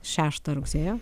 šeštą rugsėjo